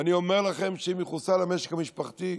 ואני אומר לכם שאם יחוסל המשק המשפחתי,